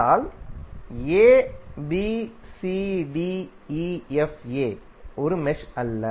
ஆனால் abcdefa ஒரு mesh அல்ல